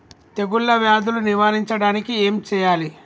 తెగుళ్ళ వ్యాధులు నివారించడానికి ఏం చేయాలి?